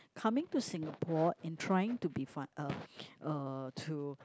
coming to Singapore and trying to be fine uh to